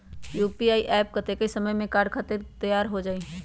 UPI app कतेइक समय मे कार्य करे खातीर तैयार हो जाई?